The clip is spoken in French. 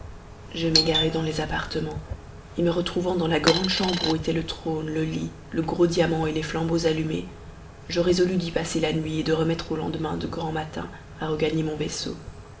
je m'égarai dans les appartements et me retrouvant dans la grande chambre où étaient le trône le lit le gros diamant et les flambeaux allumés je résolus d'y passer la nuit et de remettre au lendemain de grand matin à regagner mon vaisseau